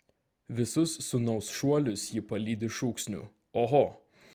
visus sūnaus šuolius ji palydi šūksniu oho